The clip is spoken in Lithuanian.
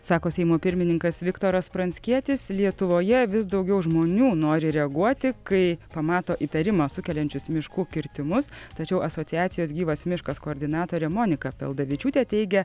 sako seimo pirmininkas viktoras pranckietis lietuvoje vis daugiau žmonių nori reaguoti kai pamato įtarimą sukeliančius miškų kirtimus tačiau asociacijos gyvas miškas koordinatorė monika peldavičiutė teigia